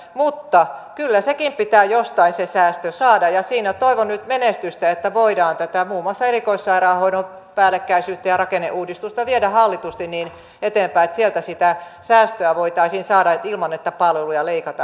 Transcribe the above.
mutta kyllä sekin säästö pitää jostain saada ja siinä toivon nyt menestystä että voidaan muun muassa tätä erikoissairaanhoidon päällekkäisyyttä ja rakenneuudistusta viedä hallitusti eteenpäin niin että sieltä sitä säästöä voitaisiin saada ilman että palveluja leikataan